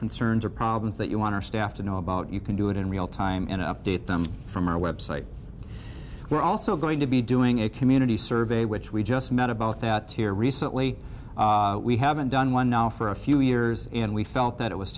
concerns or problems that you want our staff to know about you can do it in real time and update them from our website we're also going to be doing a community survey which we just met about that here recently we haven't done one now for a few years and we felt that it was